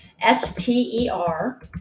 S-T-E-R